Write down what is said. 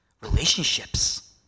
relationships